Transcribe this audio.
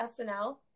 SNL